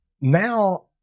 Now